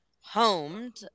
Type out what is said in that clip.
homed